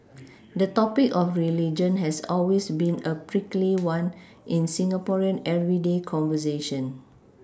the topic of religion has always been a prickly one in Singaporean everyday conversation